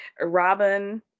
Robin